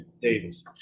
Davis